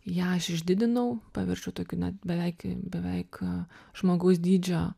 ją aš išdidinau paverčiau tokiu net beveik beveik žmogaus dydžio